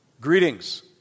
greetings